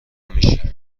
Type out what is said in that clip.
میشی